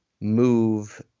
move